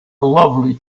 lovely